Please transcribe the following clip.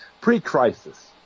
Pre-Crisis